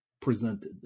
presented